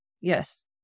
Yes